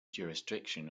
jurisdiction